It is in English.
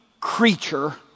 creature